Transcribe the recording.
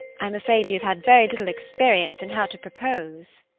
i am afraid you have had very little experience in how to propose.